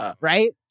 Right